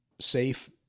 safe